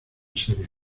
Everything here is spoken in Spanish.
serio